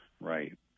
Right